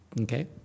Okay